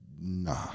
Nah